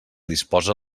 disposa